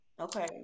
Okay